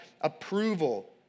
approval